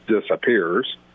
disappears